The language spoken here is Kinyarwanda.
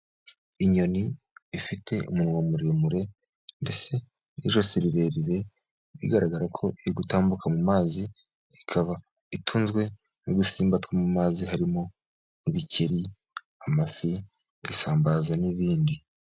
Inyoni ifite umunwa muremure ndetse n'ijosi rirerire bigaragara ko iri gutambuka mu mazi. Ikaba itunzwe n'udusimba two mu mazi harimo ibikeri, amafi, isambaza n'ibindi.